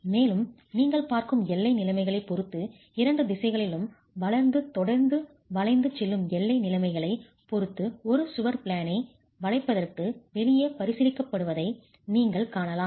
மேலும் நீங்கள் பார்க்கும் எல்லை நிலைமைகளைப் பொறுத்து 2 திசைகளில் வளைந்து தொடர்ந்து வளைந்து செல்லும் எல்லை நிலைமைகளைப் பொறுத்து ஒரு சுவர் பிளேனை வளைப்பதற்கு வெளியே பரிசீலிக்கப்படுவதை நீங்கள் காணலாம்